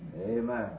Amen